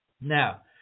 now